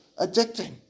addicting